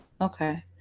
okay